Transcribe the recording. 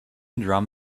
drum